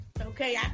okay